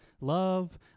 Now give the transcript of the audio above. love